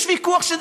יש ויכוח,